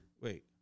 Wait